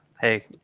Hey